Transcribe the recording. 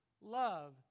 love